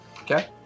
Okay